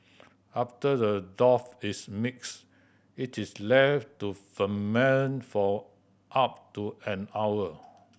after the dough is mixed it is left to ferment for up to an hour